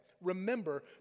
Remember